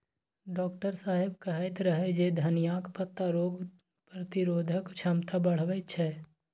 doctor साहेब कहैत रहै जे धनियाक पत्ता रोग प्रतिरोधक क्षमता बढ़बै छै